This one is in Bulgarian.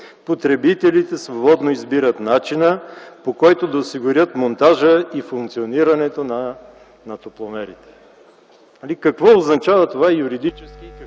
потребителите свободно избират начина, по който да осигурят монтажа и функционирането на топломерите? Какво означава това юридически